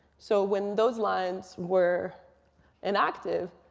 so when those lines were inactive,